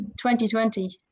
2020